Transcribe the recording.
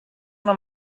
una